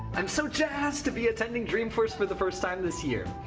i'm so jazzed to be attending dreamforce for the first time this year.